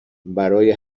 برای